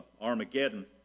Armageddon